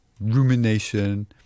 rumination